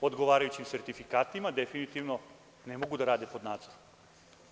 odgovarajućim sertifikatima definitivno ne mogu da rade pod nadzorom.